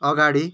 अगाडि